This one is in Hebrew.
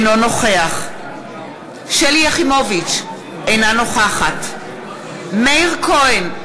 אינו נוכח שלי יחימוביץ, אינה נוכחת מאיר כהן,